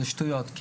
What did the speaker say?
גם